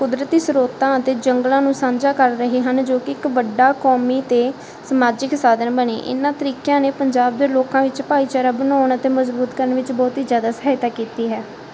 ਕੁਦਰਤੀ ਸਰੋਤਾਂ ਅਤੇ ਜੰਗਲਾਂ ਨੂੰ ਸਾਂਝਾ ਕਰ ਰਹੇ ਹਨ ਜੋ ਕਿ ਇੱਕ ਵੱਡਾ ਕੌਮੀ ਅਤੇ ਸਮਾਜਿਕ ਸਾਧਨ ਬਣੇ ਇਹਨਾਂ ਤਰੀਕਿਆਂ ਨੇ ਪੰਜਾਬ ਦੇ ਲੋਕਾਂ ਵਿੱਚ ਭਾਈਚਾਰਾ ਬਣਾਉਣ ਅਤੇ ਮਜਬੂਤ ਕਰਨ ਵਿੱਚ ਬਹੁਤ ਹੀ ਜ਼ਿਆਦਾ ਸਹਾਇਤਾ ਕੀਤੀ ਹੈ